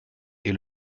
est